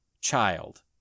child